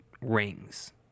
rings